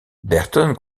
berton